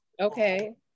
okay